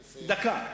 דקה.